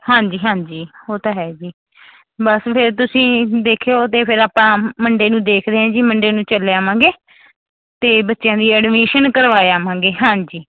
ਹਾਂਜੀ ਹਾਂਜੀ ਉਹ ਤਾਂ ਹੈ ਜੀ ਬਸ ਫਿਰ ਤੁਸੀਂ ਦੇਖਿਓ ਅਤੇ ਫਿਰ ਆਪਾਂ ਮੰਡੇ ਨੂੰ ਦੇਖਦੇ ਹਾਂ ਜੀ ਮੰਡੇ ਨੂੰ ਚੱਲ ਆਵਾਂਗੇ ਅਤੇ ਬੱਚਿਆਂ ਦੀ ਐਡਮਿਸ਼ਨ ਕਰਵਾ ਆਵਾਂਗੇ ਹਾਂਜੀ